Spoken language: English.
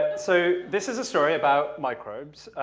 so, this is a story about microbes,